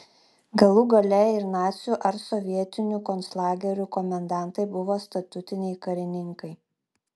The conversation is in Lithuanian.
galų gale ir nacių ar sovietinių konclagerių komendantai buvo statutiniai karininkai